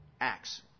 acts